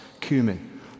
cumin